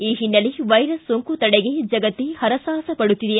ಈ ಹಿನ್ನೆಲೆ ವೈರಸ್ ಸೋಂಕು ತಡೆಗೆ ಜಗತ್ತೇ ಹರಸಾಹಸ ಪಡುತ್ತಿದೆ